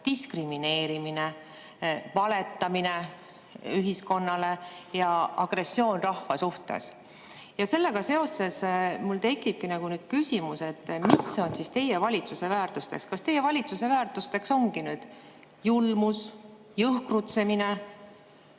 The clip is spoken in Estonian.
diskrimineerimine, valetamine ühiskonnale ja agressioon rahva vastu. Sellega seoses mul ongi tekkinud küsimus, mis on teie valitsuse väärtused. Kas teie valitsuse väärtusteks ongi nüüd julmus, jõhkrutsemine